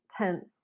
tense